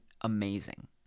amazing